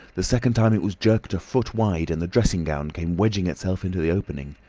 the second time it was jerked a foot wide, and the dressing-gown came wedging itself into the opening.